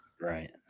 Right